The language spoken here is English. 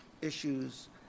issues